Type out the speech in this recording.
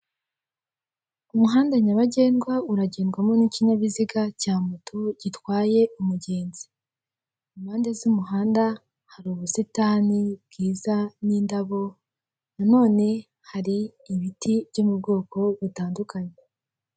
Umuhanda nyabagendwa uragendwamo n'ikinyabiziga cya moto gitwaye umugenzi, impande z'umuhanda hari ubusitani bwiza n'indabo nanone hari ibiti byo mu bwoko butandukanye.